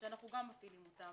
שאנחנו גם מפעילים אותן.